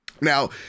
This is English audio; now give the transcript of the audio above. Now